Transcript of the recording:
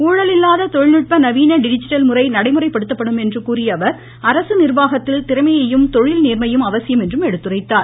ஊழல் இல்லாத தொழில்நுட்ப நவீன டிஜிட்டல் முறை நடைமுறைப்படுத்தப்படும் என்று கூறியஅவர் அரசு நிர்வாகத்தில் திறமையும் தொழில் நேர்மையும் அவசியம் என்று எடுத்துரைத்தார்